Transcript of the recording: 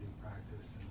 practice